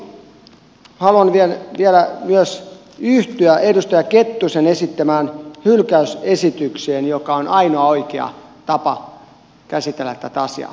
tämän vuoksi haluan vielä myös yhtyä edustaja kettusen esittämään hylkäysesitykseen joka on ainoa oikea tapa käsitellä tätä asiaa